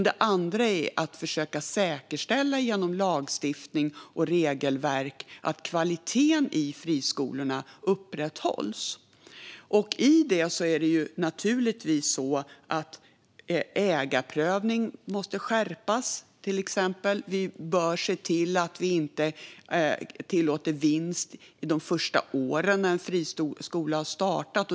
Det andra är att vi genom lagstiftning och regelverk ska försöka säkerställa att kvaliteten i friskolorna upprätthålls. I detta ligger naturligtvis att till exempel ägarprövningen måste skärpas. Vi bör se till att vi inte tillåter vinst de första åren när en friskola har startat.